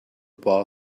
bar